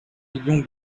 millions